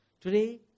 Today